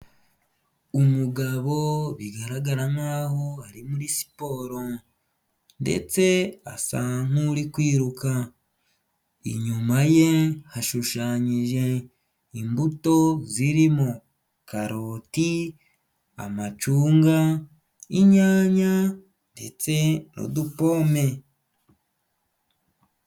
Umugabo bigaragara nkaho ari muri siporo ndetse asa nk'uri kwiruka, inyuma ye hashushanyije imbuto zirimo: karoti, amacunga, inyanya ndetse n'udupome.